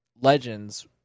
legends